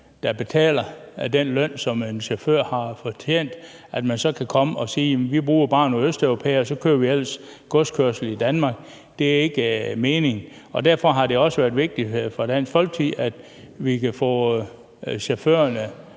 der betaler den løn, som en chauffør har fortjent. Man skal ikke kunne komme og sige, at vi bruger bare nogle østeuropæere, og så kører vi ellers godskørsel i Danmark. Det er ikke meningen. Derfor har det også været vigtigt for Dansk Folkeparti, at vi kan få chaufførerne